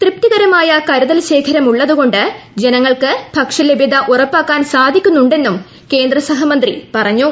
തൃപ്തികരമായ കരുതൽ ശേഖരം ഉള്ളതുകൊണ്ട് ജനങ്ങൾക്ക് ഭക്ഷ്യ ലഭ്യത ഉറപ്പാക്കാൻ സാധിക്കുന്നുണ്ടെന്നും കേന്ദ്രസഹമന്ത്രി പറഞ്ഞു